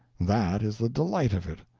that is the delight of it.